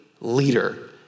leader